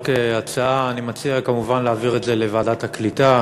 רק הצעה: אני מציע כמובן להעביר את זה לוועדת הקליטה,